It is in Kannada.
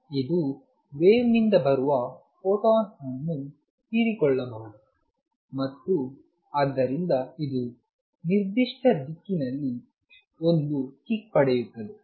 ಇದು ವೇವ್ ನಿಂದ ಬರುವ ಫೋಟಾನ್ ಅನ್ನು ಹೀರಿಕೊಳ್ಳಬಹುದು ಮತ್ತು ಆದ್ದರಿಂದ ಇದು ನಿರ್ದಿಷ್ಟ ದಿಕ್ಕಿನಲ್ಲಿ ಒಂದು ಕಿಕ್ ಪಡೆಯುತ್ತದೆ